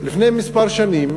לפני כמה שנים